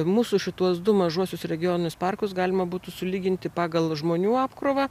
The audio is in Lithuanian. mūsų šituos du mažuosius regioninius parkus galima būtų sulyginti pagal žmonių apkrovą